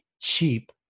cheap